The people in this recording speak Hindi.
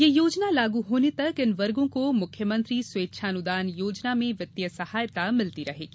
यह योजना लागू होने तक इन वर्गों को मुख्यमंत्री स्वेच्छानुदान योजना में वित्तीय सहायता मिलती रहेगी